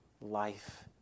life